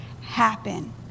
happen